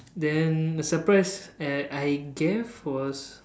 then the surprise uh I gave was